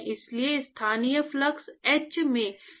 इसलिए स्थानीय flux h में Ts माइनस है